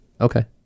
Okay